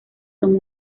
son